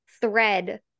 thread